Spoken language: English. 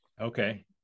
Okay